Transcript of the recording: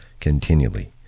continually